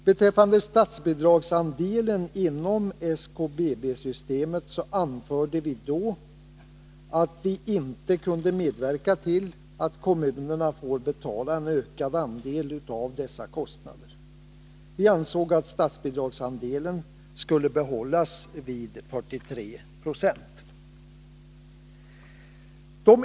Beträffande statsbidragsandelen inom SKBB-systemet anförde vi då att vi inte kunde medverka till att kommunerna får betala en ökad andel av dessa kostnader. Vi ansåg att statsbidragsandelen skulle behållas vid 43 96.